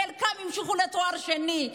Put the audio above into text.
חלקן המשיכו לתואר שני.